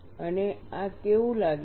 અને આ કેવું લાગે છે